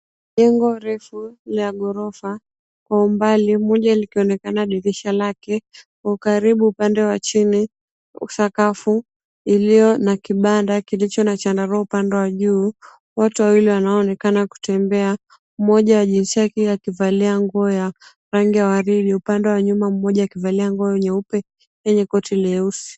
Jengo refu la ghorofa kwa umbali moja likaonekana dirisha lake kwa ukaribu upande wa chini sakafu iliyo na kibanda kilicho na chandarua upande wa juu watu wawili wanaonekana kutembea mmoja wa jinsia kike akivalia nguo ya rangi ya waridi upande wa nyuma mmoja akivalia nguo nyeupe yenye koti leusi.